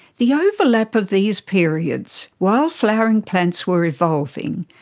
the overlap of these periods, while flowering plants were evolving,